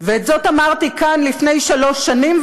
ואת זה אמרתי כאן לפני שלוש שנים,